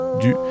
du